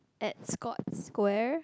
at Scotts-Square